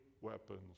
weapons